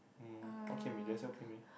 mm okay that's Hokkien-Mee